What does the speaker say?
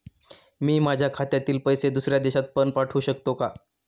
मी माझ्या खात्यातील पैसे दुसऱ्या देशात पण पाठवू शकतो का?